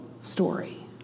story